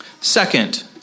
Second